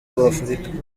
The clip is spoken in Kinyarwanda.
w’afurika